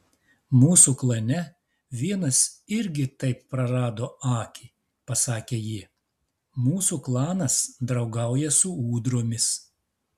mūsų klane vienas irgi taip prarado akį pasakė ji mūsų klanas draugauja su ūdromis